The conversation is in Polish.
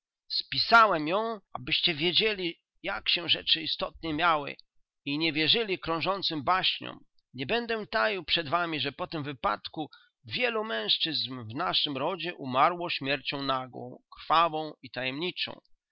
spisałem ją abyście wiedzieli jak się rzeczy istotnie miały i nie wierzyli krążącym baśniom nie będę taił przed wami że po tym wypadku wielu mężczyzn w naszym rodzie umarło śmiercią nagłą krwawą i tajemniczą